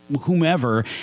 Whomever